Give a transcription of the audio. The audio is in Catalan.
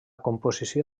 composició